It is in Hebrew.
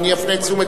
אני אפנה את תשומת